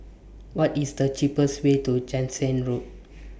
What IS The cheapest Way to Jansen Road